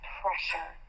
pressure